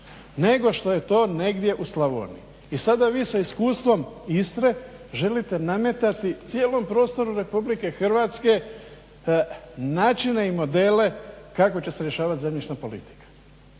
nego što je to negdje u Slavoniji. I sada vi sa iskustvom Istre želite nametati cijelom prostoru RH načine i modele kako će se rješavati zemljišna politika.